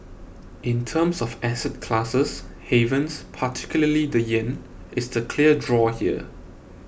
in terms of asset classes havens particularly the yen is the clear draw here